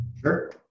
sure